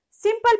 Simple